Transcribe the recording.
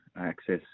access